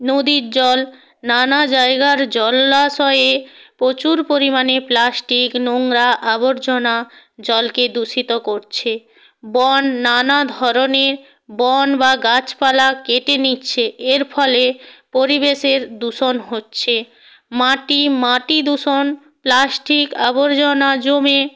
নদীর জল নানা জায়গার জলাশয়ে প্রচুর পরিমাণে প্লাস্টিক নোংরা আবর্জনা জলকে দূষিত করছে বন নানা ধরনের বন বা গাছপালা কেটে নিচ্ছে এর ফলে পরিবেশের দূষণ হচ্ছে মাটি মাটি দূষণ প্লাস্টিক আবর্জনা জমে